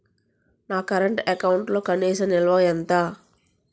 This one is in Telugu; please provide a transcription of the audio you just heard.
నా కరెంట్ అకౌంట్లో కనీస నిల్వ ఎంత?